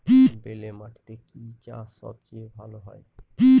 বেলে মাটিতে কি চাষ সবচেয়ে ভালো হয়?